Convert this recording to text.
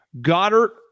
Goddard